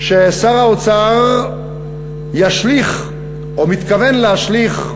ששר האוצר ישליך, או מתכוון להשליך,